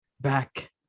back